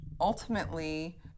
ultimately